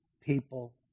people